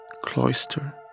cloister